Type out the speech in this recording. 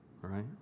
Right